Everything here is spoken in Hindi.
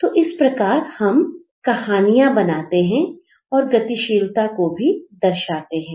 तो इस प्रकार हम कहानियां बनाते हैं और गतिशीलता को भी दर्शाते हैं